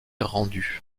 rendue